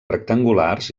rectangulars